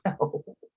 No